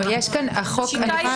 שיטה ידועה.